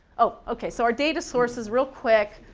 oh, okay so our data sources real quick.